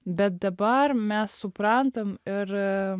bet dabar mes suprantam ir